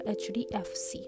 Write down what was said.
hdfc